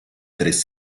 tres